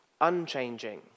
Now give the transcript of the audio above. unchanging